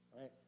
right